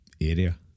area